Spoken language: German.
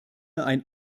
ein